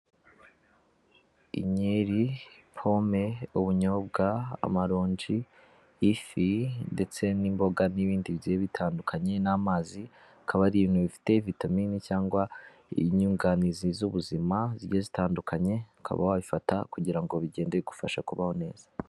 Inkeri, pome, ubunyobwa, amaronji, ifi ndetse n'imboga n'ibindi bigiye bitandukanye n'amazi, akaba ari ibintu bifite vitamini cyangwa inyunganizi z'ubuzima zigiye zitandukanye, ukaba wayifata kugira ngo bigende bigufasha kubaho neza.